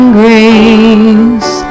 grace